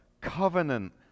covenant